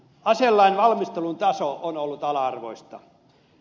aselain valmistelun taso on ollut ala arvoista